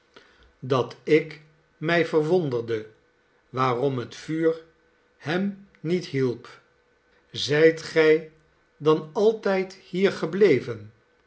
dat ik mij verwonderde waarom het vuur hem niet hielp zijt gij dan altijd hier gebleven